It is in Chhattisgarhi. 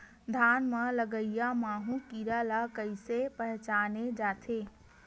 धान म लगईया माहु कीरा ल कइसे पहचाने जाथे?